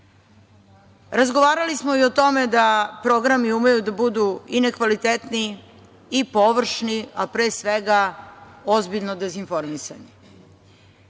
REM-a. Razgovarali smo i o tome da programi umeju da budu i nekvalitetni i površni, a pre svega ozbiljno dezinformisani.